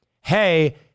Hey